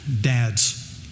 Dads